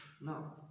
no